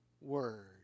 word